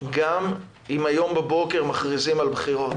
גם אם היום בבוקר מכריזים על בחירות.